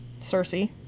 Cersei